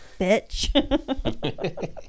bitch